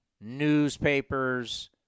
newspapers